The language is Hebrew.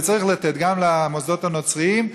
וצריך לתת גם למוסדות הנוצריים,